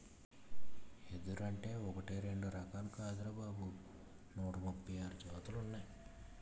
ఎదురంటే ఒకటీ రెండూ రకాలు కాదురా బాబూ నూట ముప్పై ఆరు జాతులున్నాయ్